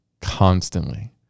constantly